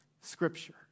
Scripture